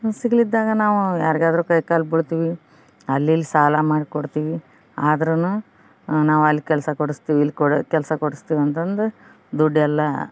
ಸಿಗ್ಲಿದ್ದಾಗ ನಾವು ಯಾರ್ಗಾದರೂ ಕೈಕಾಲು ಬೀಳ್ತೀವಿ ಅಲ್ಲಿ ಇಲ್ಲಿ ಸಾಲ ಮಾಡಿ ಕೊಡ್ತೀವಿ ಆದರೂನು ನಾವು ಅಲ್ಲಿ ಕೆಲಸ ಕೊಡ್ಸ್ತೀವಿ ಇಲ್ಲಿ ಕೊಡಿ ಕೆಲಸ ಕೊಡ್ಸ್ತೀವಿ ಅಂತಂದು ದುಡ್ಡೆಲ್ಲ